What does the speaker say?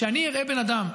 כשאני אראה בן אדם,